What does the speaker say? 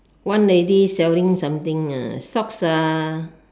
one lady selling something uh socks uh